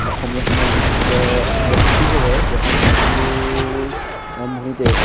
অসমীয়া সমাজত যেতিয়া বহাগ বিহু হয় বহাগ বিহুৰ আৰম্ভণিতে